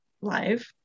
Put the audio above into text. live